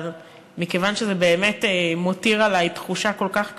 אבל מכיוון שזה מותיר בי תחושה כל כך קשה,